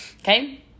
okay